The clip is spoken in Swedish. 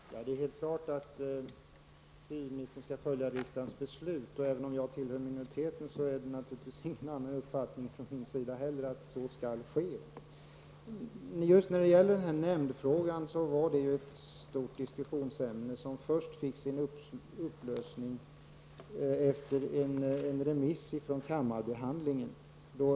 Herr talman! Det är ju klart att civilministern skall följa riksdagens beslut. Även om jag tillhör minoriteten finns det ingen annan uppfattning från min sida. Nämnd frågan har varit ett stort diskussionsämne som fick sin upplösning först efter en remiss och behandling i kammaren.